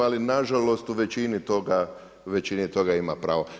Ali na žalost u većini toga ima pravo.